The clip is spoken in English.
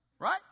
Right